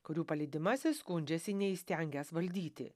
kurių palydimasis skundžiasi neįstengęs valdyti